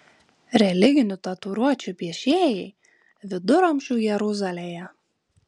religinių tatuiruočių piešėjai viduramžių jeruzalėje